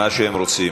מה שהם רוצים.